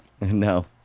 No